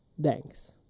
Thanks